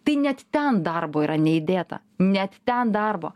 tai net ten darbo yra neįdėta net ten darbo